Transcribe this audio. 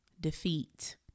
defeat